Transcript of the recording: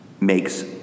makes